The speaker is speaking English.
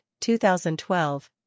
2012